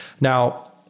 Now